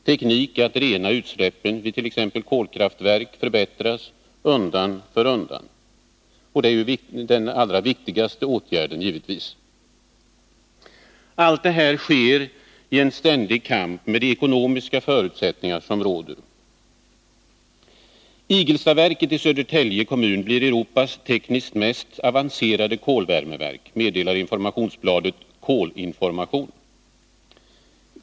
Tekniken att rena utsläppen vid t.ex. kolkraftverk förbättras undan för undan, och det är givetvis den allra viktigaste åtgärden. Allt sker i en ständig kamp med de ekonomiska förutsättningar som råder. Igelstaverket i Södertälje kommun blir Europas tekniskt mest avancerade kolvärmeverk, meddelar informationsbladet Kolinformation.